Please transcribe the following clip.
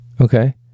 Okay